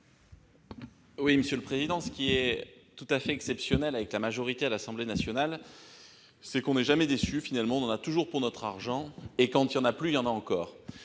vote. Monsieur le président, ce qui est tout à fait exceptionnel avec la majorité à l'Assemblée nationale, c'est qu'elle ne nous déçoit jamais. On en a toujours pour notre argent ! Quand il n'y en a plus, il y en a encore.